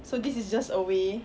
so this is just a way